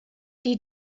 die